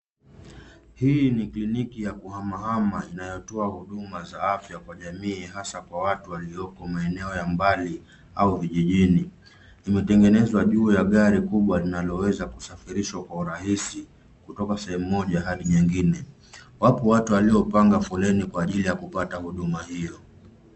Hii ni kliniki ya kuhamahama inayotoa huduma za afya kwa jamii hasa kwa watu walioko maeneo ya mbali au vijijini. Imetengenezwa juu ya gari kubwa linaloweza kusafirishwa kwa urahisi kutoka sehemu moja hadi nyingine. Wapo watu waliopanga foleni kwa ajili ya kupata huduma hiyo.